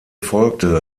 folgte